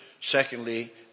Secondly